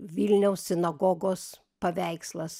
vilniaus sinagogos paveikslas